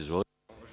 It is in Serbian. Izvolite.